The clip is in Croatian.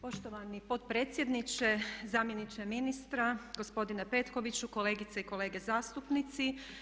Poštovani potpredsjedniče, zamjeniče ministra, gospodine Petkoviću, kolegice i kolege zastupnici.